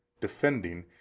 defending